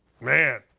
Man